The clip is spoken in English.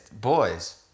boys